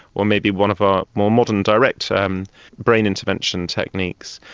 or maybe one of our more modern direct um brain intervention techniques.